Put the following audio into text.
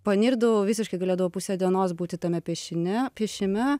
panirdavau visiškai galėdavau pusę dienos būti tame piešine piešime